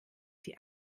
die